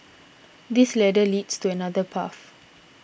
this ladder leads to another path